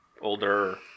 Older